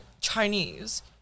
Chinese